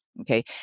Okay